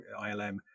ILM